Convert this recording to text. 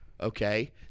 Okay